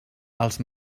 els